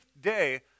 day